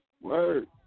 Word